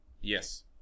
Yes